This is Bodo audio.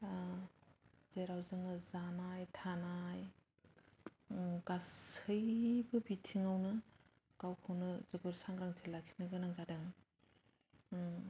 जेराव जोङो जानाय थानाय गासैबो बिथिङावनो गावखौनो जोबोर सांग्रांथि लाखिनो गोनां जादों